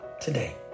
today